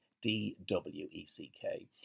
D-W-E-C-K